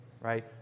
right